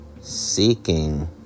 seeking